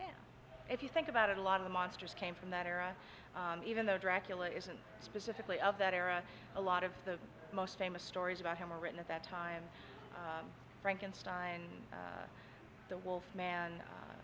and if you think about it a lot of the monsters came from that era even though dracula isn't specifically of that era a lot of the most famous stories about him are written at that time frankenstein the wolf man